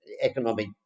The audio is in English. economic